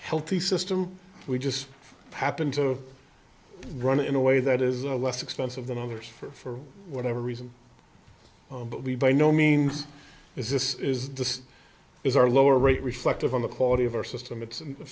healthy system we just happen to run in a way that is a less expensive than others for whatever reason but we by no means is this is this is our lower rate reflective of the quality of our system it's